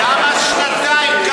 למה שנתיים?